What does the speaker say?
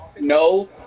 No